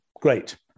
great